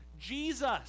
Jesus